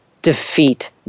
defeat